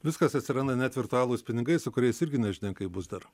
viskas atsiranda net virtualūs pinigai su kuriais irgi nežinia kaip bus dar